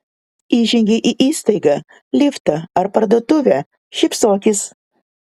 įžengei į įstaigą liftą ar parduotuvę šypsokis